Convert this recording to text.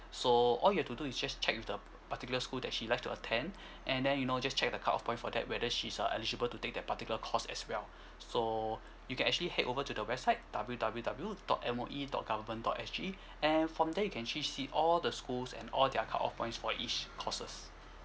so all you have to do is just check with the particular school that she like to attend and then you know just check with the cut off point for that whether she's uh eligible to take that particular course as well so you can actually head over to the website W W W dot M O E dot government dot S G and from there you can actually see all the schools and all their cut off points for each courses